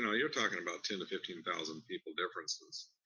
and you're talking about ten to fifteen thousand people differences.